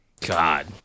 God